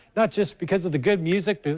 not just because of the good music, but